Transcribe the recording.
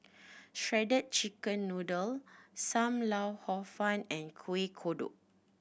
shredded chicken noodle Sam Lau Hor Fun and Kueh Kodok